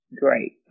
great